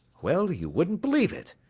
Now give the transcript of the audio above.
well, you wouldn't believe it.